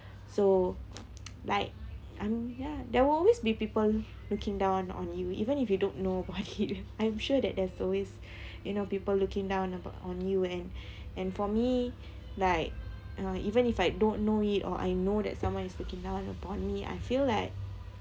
so like I'm ya there will always be people looking down on you even if you don't know about it I'm sure that there's always you know people looking down abou~ on you and and for me like uh even if I don't know it or I know that someone is looking down upon me I feel like